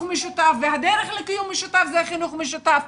משותף והדרך לקיום משותף זה חינוך משותף,